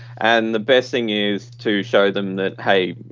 and the best thing is to show them that, hey,